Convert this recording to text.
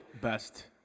Best